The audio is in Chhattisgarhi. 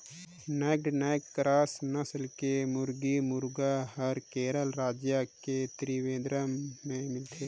नैक्ड नैक क्रास नसल के मुरगी, मुरगा हर केरल रायज के त्रिवेंद्रम में मिलथे